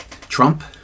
trump